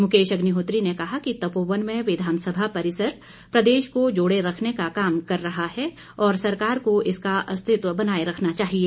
मुकेश अग्निहोत्री ने कहा कि तपोवन में विधानसभा परिसर प्रदेश को जोड़े रखने का काम कर रहा है और सरकार को इसका अस्तित्व बनाए रखना चाहिए